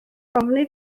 ofni